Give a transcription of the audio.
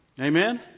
Amen